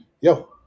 Yo